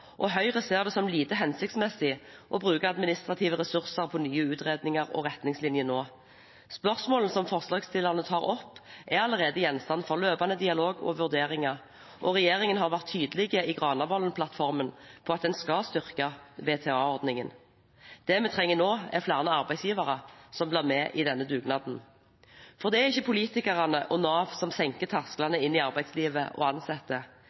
og Høyre ser det som lite hensiktsmessig å bruke administrative ressurser på nye utredninger og retningslinjer nå. Spørsmålene som forslagsstillerne tar opp, er allerede gjenstand for løpende dialog og vurderinger, og regjeringen har i Granavolden-plattformen vært tydelig på at en skal styrke VTA-ordningen. Det vi trenger nå, er flere arbeidsgivere som blir med i denne dugnaden, for det er ikke politikerne og Nav som senker tersklene inn i arbeidslivet, og